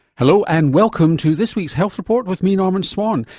hello, and welcome to this week's health report with me norman swan.